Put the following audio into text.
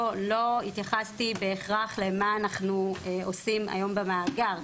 לא התייחסתי בהכרח למה אנחנו עושים היום במאגר.